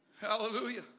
Hallelujah